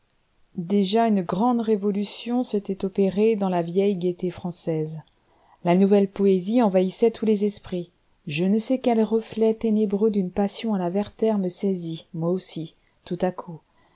déjà une grande révolution s'était opérée dans la vieille gaieté française la nouvelle poésie envahissait tous les esprits je ne sais quel reflet ténébreux d'une passion à la werther me saisit moi aussi tout à coup